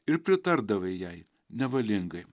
ir pritardavai jai nevalingai